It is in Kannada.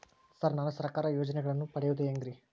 ಸರ್ ನಾನು ಸರ್ಕಾರ ಯೋಜೆನೆಗಳನ್ನು ಪಡೆಯುವುದು ಹೆಂಗ್ರಿ?